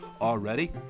already